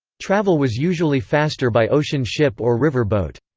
travel was usually faster by ocean ship or river boat.